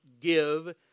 give